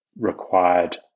required